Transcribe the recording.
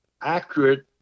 accurate